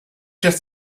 just